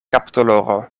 kapdoloro